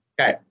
okay